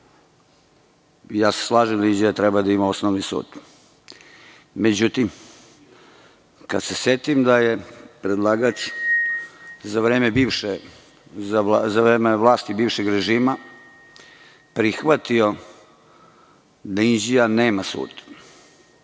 Slažem se da Inđija treba da ima osnovni sud. Međutim, kada se setim da je predlagač za vreme vlasti bivšeg režima prihvatio da Inđija nema sud,